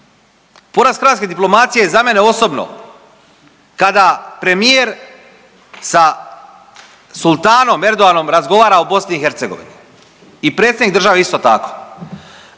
Poraz hrvatske diplomacije je za mene osobno kada premijer sa sultanom Erdoganom razgovara o BiH i predsjednik države isto tako.